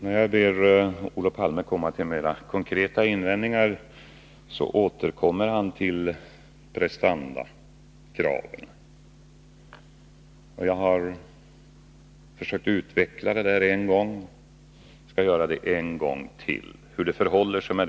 Fru talman! När jag ber Olof Palme komma med mera konkreta invändningar, återkommer han till prestandakraven. Jag har redan försökt att utveckla hur det förhåller sig med den saken, och jag skall göra det en gång till.